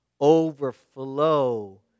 overflow